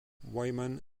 wyman